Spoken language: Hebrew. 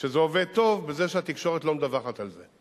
שזה עובד טוב היא בזה שהתקשורת לא מדווחת על זה.